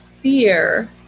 fear